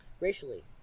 racially